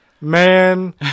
Man